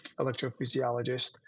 electrophysiologist